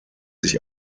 sich